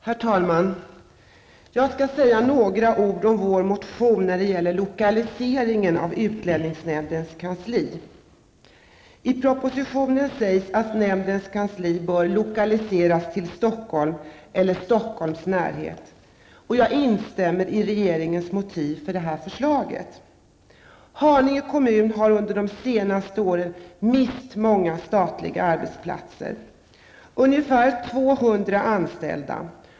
Herr talman! Jag skall säga några ord om vår motion, som handlar om lokaliseringen av utlänningsnämndens kansli. I propositionen sägs att nämndens kansli bör lokaliseras till Stockholm eller Stockholms närhet. Jag instämmer i regeringens motiv för detta förslag. Haninge kommun har under de senaste åren mist många statliga arbetsplatser. Det har berört ungefär 200 anställda.